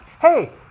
Hey